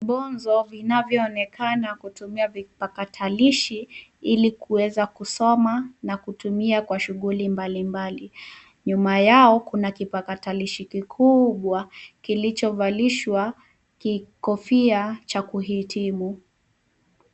Vibonzo vinavyoonekana kutumia vipakatalishi ili kuweza kusoma, na kutumia kwa shughuli mbalimbali. Nyuma yao kuna kipakatalishi kikubwa kilicho valishwa kikofia cha kuhitimu.